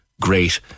great